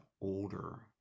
older